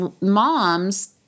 moms